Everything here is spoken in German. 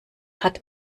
hat